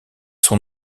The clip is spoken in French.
son